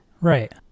Right